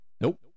Nope